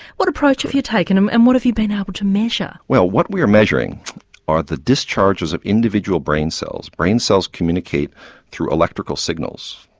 what approach have you taken um and what have you been able to measure? well what we are measuring are the discharges of individual brain cells. brain cells communicate through electrical signals,